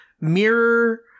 mirror